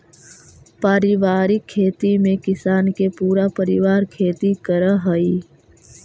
पारिवारिक खेती में किसान के पूरा परिवार खेती करऽ हइ